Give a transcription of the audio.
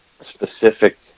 specific